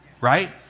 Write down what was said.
right